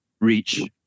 reach